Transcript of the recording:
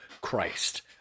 Christ